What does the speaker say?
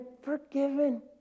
forgiven